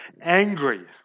angry